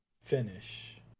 finish